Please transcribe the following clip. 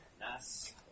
nice